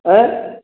अएं